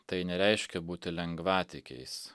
tai nereiškia būti lengvatikiais